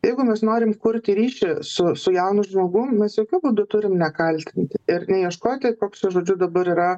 jeigu mes norim kurti ryšį su su jaunu žmogum mes jokiu būdu turim nekaltinti ir neieškoti koks žodžiu dabar yra